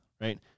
right